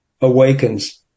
awakens